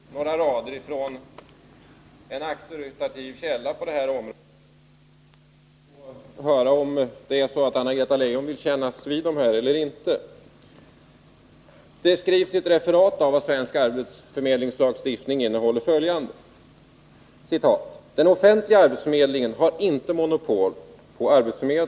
Herr talman! Jag vill ta mig friheten att citera några rader från en auktoritativ källa på det här området för att höra om Anna-Greta Leijon vill kännas vid dem eller inte. I ett referat av vad svensk arbetsförmedlingslagstiftning innehåller skrivs följande: ”Den offentliga arbetsförmedlingen har inte monopol på arbetsförmedling.